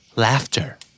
Laughter